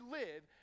live